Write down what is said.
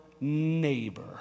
neighbor